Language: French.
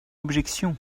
objection